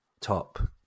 top